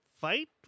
fight